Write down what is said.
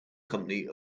company